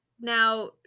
Now